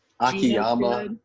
Akiyama